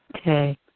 Okay